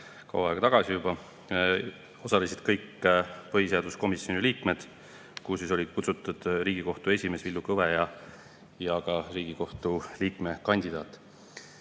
kaua aega tagasi juba. Osalesid kõik põhiseaduskomisjoni liikmed ja [kohale] olid kutsutud Riigikohtu esimees Villu Kõve ja ka Riigikohtu liikme kandidaat.